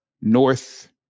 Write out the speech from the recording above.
North